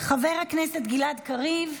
חבר הכנסת גלעד קריב,